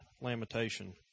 lamentation